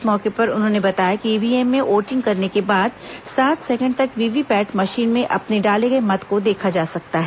इस मौके पर उन्होंने बताया कि ईव्हीएम में वोटिंग करने के बाद सात सेकेंड तक वीवीपैट मशीन में अपने डाले गए मत को देखा जा सकता है